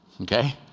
Okay